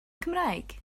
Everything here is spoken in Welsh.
cymraeg